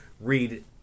read